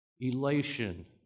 elation